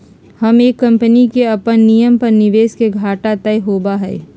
हर एक कम्पनी के अपन नियम पर निवेश के घाटा तय होबा हई